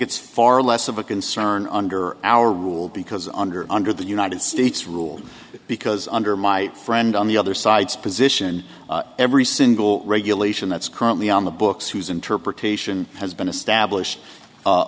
it's far less of a concern under our rule because under under the united states rule because under my friend on the other side's position every single regulation that's currently on the books whose interpretation has been